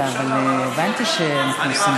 אני מאחל לך אופוזיציה.